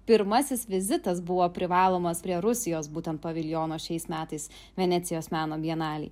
pirmasis vizitas buvo privalomas prie rusijos būtent paviljono šiais metais venecijos meno bienalėj